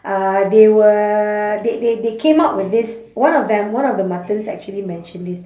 uh they were they they they came up with this one of them one of the muttons actually mentioned this